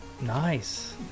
Nice